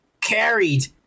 carried